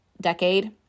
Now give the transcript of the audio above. decade